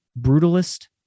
brutalist